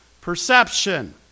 perception